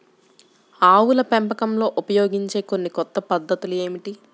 ఆవుల పెంపకంలో ఉపయోగించే కొన్ని కొత్త పద్ధతులు ఏమిటీ?